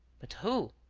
but who?